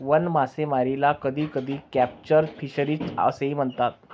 वन्य मासेमारीला कधीकधी कॅप्चर फिशरीज असेही म्हणतात